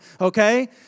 okay